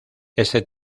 este